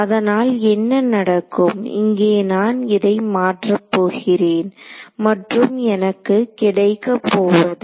அதனால் என்ன நடக்கும் இங்கே நான் இதை மாற்ற போகிறேன் மற்றும் எனக்கு கிடைக்கப்போவது